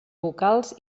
vocals